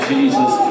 Jesus